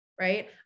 right